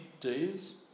days